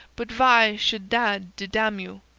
but vhy should dad dedam you?